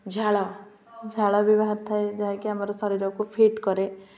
ଝାଳ ଝାଳ ବି ବାହାରି ଥାଏ ଯାହାକି ଆମର ଶରୀରକୁ ଫିଟ୍ କରେ